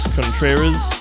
Contreras